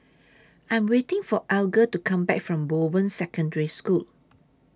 I'm waiting For Alger to Come Back from Bowen Secondary School